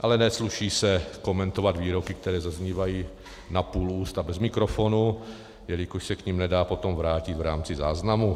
Ale nesluší se komentovat výroky, které zaznívají na půl úst a bez mikrofonu, jelikož se k nim nedá potom vrátit v rámci záznamu.